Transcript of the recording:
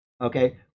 okay